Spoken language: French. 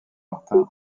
martin